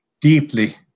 deeply